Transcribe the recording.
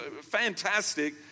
fantastic